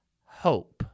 hope